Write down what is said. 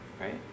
right